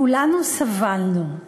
"כולנו סבלנו".